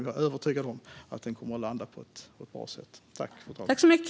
Jag är övertygad om att det kommer att landa på ett bra sätt.